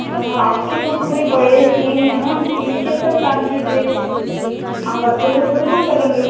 समझो आपकी तो पूरी बड़ी टीम है ना टीम के साथ काम कीजिए आप अकेले थोड़ी ना करेंगे